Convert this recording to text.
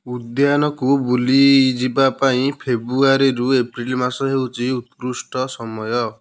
ଉଦ୍ୟାନକୁ ବୁଲିଯିବା ପାଇଁ ଫେବୃଆରୀରୁ ଏପ୍ରିଲ୍ ମାସ ହେଉଛି ଉତ୍କୃଷ୍ଟ ସମୟ